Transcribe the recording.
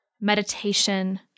meditation